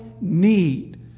need